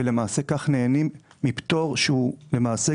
ולמעשה, כך נהנים מפטור שמשתקף,